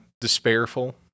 despairful